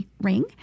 ring